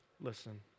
Listen